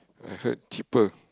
I heard cheaper